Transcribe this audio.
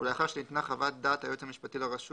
ולאחר שניתנה חוות דעת היועץ המשפטי לרשות